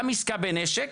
גם עסקה בנשק,